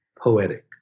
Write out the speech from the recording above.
poetic